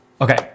okay